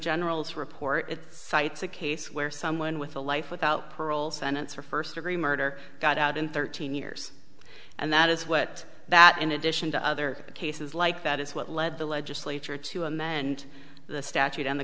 general's report it cites a case where someone with a life without parole sentence for first degree murder got out in thirteen years and that is what that in addition to other cases like that is what led the legislature to amend the statute and the